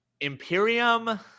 imperium